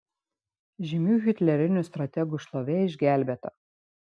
žymių hitlerinių strategų šlovė išgelbėta